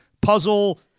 puzzle